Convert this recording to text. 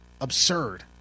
Absurd